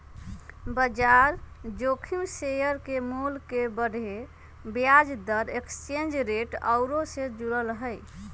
बजार जोखिम शेयर के मोल के बढ़े, ब्याज दर, एक्सचेंज रेट आउरो से जुड़ल हइ